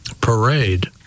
Parade